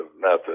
method